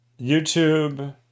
YouTube